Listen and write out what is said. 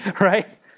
right